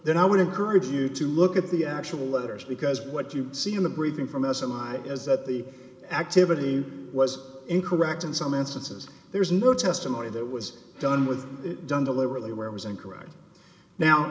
then i would encourage you to look at the actual letters because what you see in the briefing from s l i is that the activity was incorrect in some instances there's no testimony that was done with it done deliberately where it was incorrect now